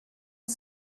sie